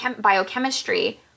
Biochemistry